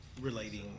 relating